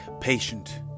Patient